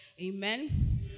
Amen